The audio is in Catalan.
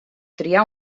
triar